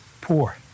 poor